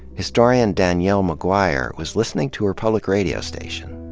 historian danielle mcguire was listening to her public radio station.